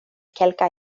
kelkaj